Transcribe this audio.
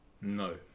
No